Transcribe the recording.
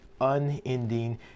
unending